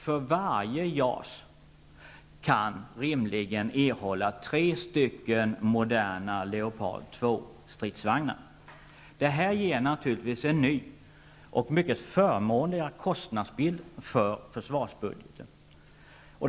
För varje JAS kan man rimligen erhålla tre stycken moderna Leopard 2-stridsvagnar. Det här innebär naturligtvis en ny och mer förmånlig kostnadsbild för försvarsbudgeten.